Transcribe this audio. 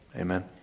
Amen